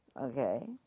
Okay